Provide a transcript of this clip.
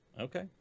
Okay